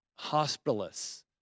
hospitalists